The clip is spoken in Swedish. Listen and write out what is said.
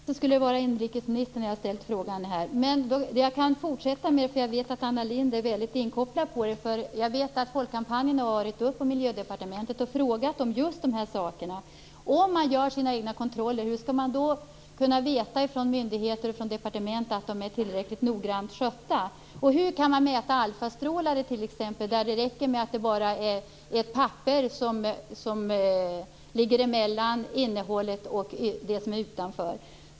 Herr talman! Enligt uppgift skulle det vara inrikesministern. Men jag kan fortsätta därför att jag vet att Anna Lindh är inkopplad. Jag vet att folkkampanjen har varit på Miljödepartementet och frågat om just de här sakerna. Om företag gör sina egna kontroller, hur skall då myndigheter och departement veta att de är tillräckligt noggrant skötta? Hur kan man t.ex. mäta alfastrålar, där det räcker med att det är ett papper som ligger mellan innehållet och det som är utanför?